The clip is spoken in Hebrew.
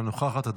אינה נוכחת,